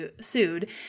sued